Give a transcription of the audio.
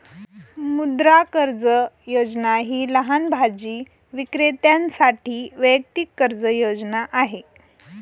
मुद्रा कर्ज योजना ही लहान भाजी विक्रेत्यांसाठी वैयक्तिक कर्ज योजना आहे